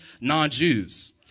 non-Jews